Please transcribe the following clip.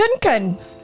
Duncan